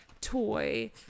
toy